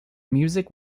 music